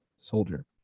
Soldier